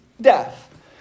death